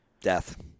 Death